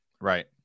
Right